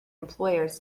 employers